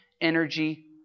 energy